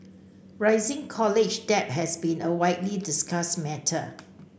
rising college debt has been a widely discussed matter